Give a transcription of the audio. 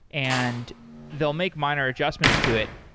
and they'll make minor adjustments to it,